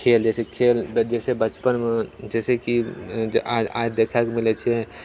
खेल खेल जैसे बचपनमे जैसेकि आइ देखै लऽ मिलैत छै